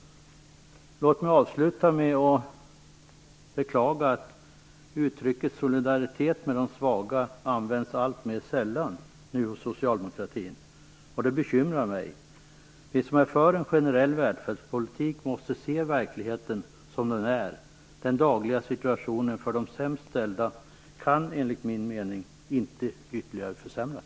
Låt mig avsluta med att beklaga att uttrycket solidaritet med de svaga nu används alltmer sällan inom socialdemokratin. Det bekymrar mig. Vi som är för en generell välfärdspolitik måste se verkligheten som den är. Den dagliga situationen för dem som har det sämst ställt kan enligt min mening inte ytterligare försämras.